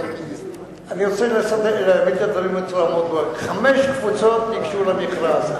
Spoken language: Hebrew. אני רוצה להביא את הדברים בצורה מאוד ברורה: חמש קבוצות ניגשו למכרז.